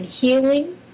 healing